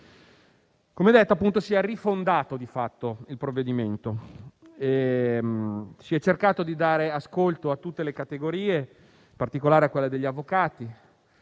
Come detto, appunto, di fatto si è rifondato il provvedimento. Si è cercato di dare ascolto a tutte le categorie, in particolare a quella degli avvocati.